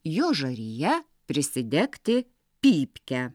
jo žarija prisidegti pypkę